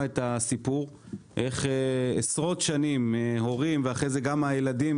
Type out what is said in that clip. את הסיפור איך עשרות שנים הורים ואחרי זה גם הילדים,